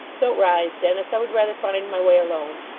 don't rise, dennis i would rather find my way alone.